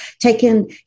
taken